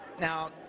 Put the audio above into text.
now